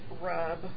rub